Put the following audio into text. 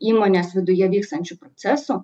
įmonės viduje vykstančių procesų